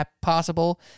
possible